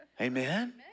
Amen